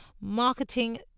marketing